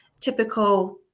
typical